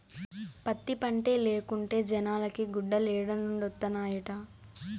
పత్తి పంటే లేకుంటే జనాలకి గుడ్డలేడనొండత్తనాయిట